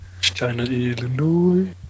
China-Illinois